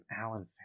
Alan